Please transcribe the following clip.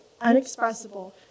unexpressible